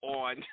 on